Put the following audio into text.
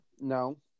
No